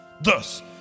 Thus